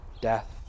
death